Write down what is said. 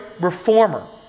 reformer